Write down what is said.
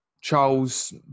Charles